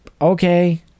Okay